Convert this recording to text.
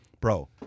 Bro